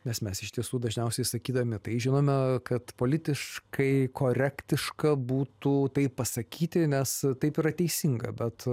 nes mes iš tiesų dažniausiai sakydami tai žinoma kad politiškai korektiška būtų tai pasakyti nes taip yra teisinga bet